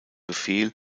befehl